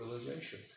realization